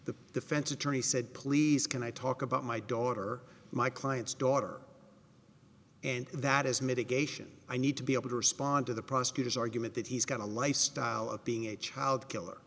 the defense attorney said please can i talk about my daughter my client's daughter and that is mitigation i need to be able to respond to the prosecutor's argument that he's got a lifestyle of being a child killer